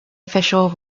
official